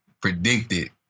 predicted